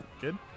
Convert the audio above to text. Good